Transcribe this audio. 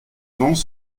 vents